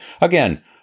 Again